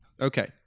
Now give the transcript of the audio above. Okay